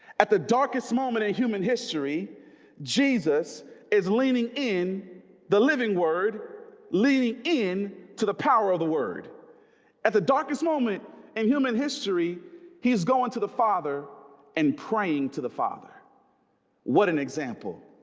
at the darkest moment in human history jesus is leaning in the living word leading in to the power of the world at the darkest moment in human history he's going to the father and praying to the father what an example?